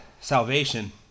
salvation